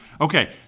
Okay